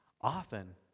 often